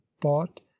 bought